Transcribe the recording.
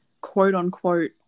quote-unquote